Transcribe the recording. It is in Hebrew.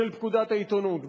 של פקודת העיתונות.